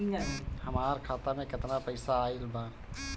हमार खाता मे केतना पईसा आइल बा?